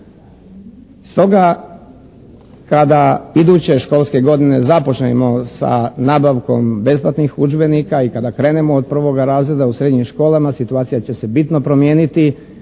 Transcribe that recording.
Stoga kada iduće školske godine započnemo sa nabavkom besplatnih udžbenika i kada krenemo od prvoga razreda u srednjim školama situacija će se bitno promijeniti.